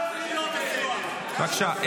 בבקשה.